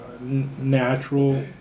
natural